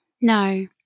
No